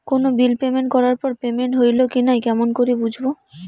কোনো bill payment করার পর পেমেন্ট হইল কি নাই কেমন করি বুঝবো?